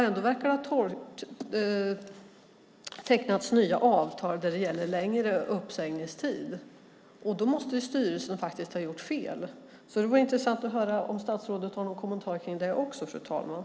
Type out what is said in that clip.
Ändå verkar det ha tecknats nya avtal med längre uppsägningstid. Då måste styrelsen ha gjort fel. Det vore intressant att höra om statsrådet har någon kommentar också till det, fru talman.